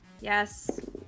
Yes